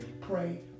pray